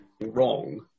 wrong